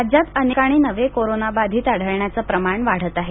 राज्यात अनेक ठिकाणी नवे कोरोना बाधित आढळण्याचं प्रमाण वाढतं आहे